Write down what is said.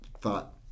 thought